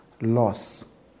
loss